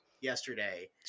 yesterday